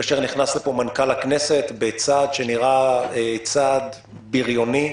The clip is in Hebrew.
כאשר נכנס לפה מנכ"ל הכנסת בצעד שנראה צעד בריוני,